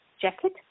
jacket